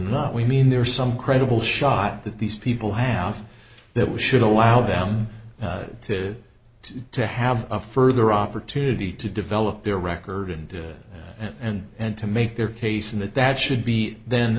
are some credible shot that these people have that we should allow them to to have a further opportunity to develop their record and and and to make their case and that that should be then